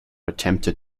attempted